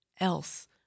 else